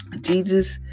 Jesus